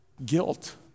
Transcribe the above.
guilt